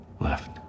left